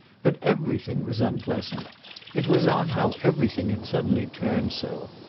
but everything was unpleasant it was odd how everything had suddenly turned so.